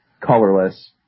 colorless